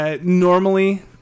Normally